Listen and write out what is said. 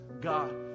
God